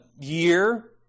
year